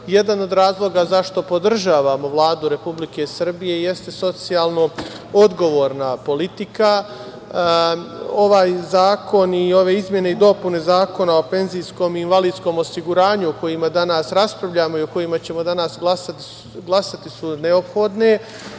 od razloga zašto podržavamo Vladu Republike Srbije jeste socijalno odgovorna politika. Ovaj zakon i ove izmene i dopune Zakona o penzijskom i invalidskom osiguranju o kojima danas raspravljamo i o kojima ćemo danas glasati su neophodne. Sve